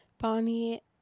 Bonnie